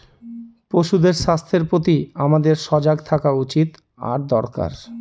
পশুদের স্বাস্থ্যের প্রতি আমাদের সজাগ থাকা উচিত আর দরকার